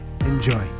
Enjoy